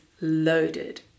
loaded